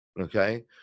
okay